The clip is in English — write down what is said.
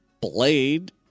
Blade